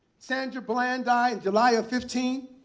sandra bland died in july of fifteen.